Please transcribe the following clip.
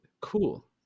Cool